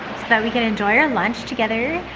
that we can enjoy our lunch together.